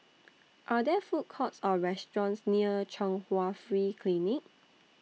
Are There Food Courts Or restaurants near Chung Hwa Free Clinic